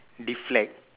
deflect